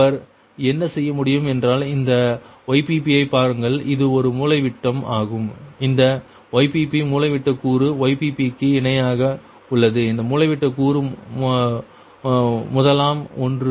ஒருவர் என்ன செய்ய முடியும் என்றால் இந்த Ypp ஐ பாருங்கள் இது ஒரு மூலைவிட்டம் ஆகும் அந்த Ypp மூலைவிட்ட கூறு Ypp க்கு இணையாக உள்ளது இந்த மூலைவிட்ட கூறு முதலாம் ஒன்று